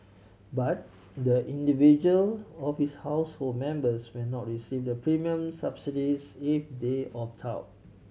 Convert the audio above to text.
but the individual of his household members will not receive the premium subsidies if they opt out